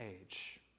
age